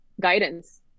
guidance